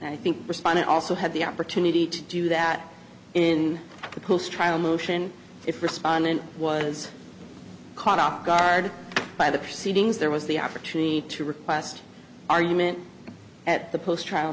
i think respondent also had the opportunity to do that in the post trial motion if respondent was caught off guard by the proceedings there was the opportunity to request argument at the post trial